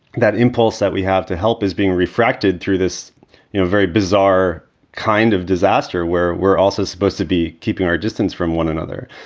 that impulse that we have to help is being refracted through this you know very bizarre kind of disaster where we're also supposed to be keeping our distance from one another.